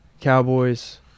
Cowboys